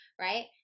right